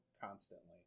constantly